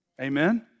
Amen